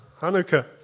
Hanukkah